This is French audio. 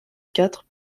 quatre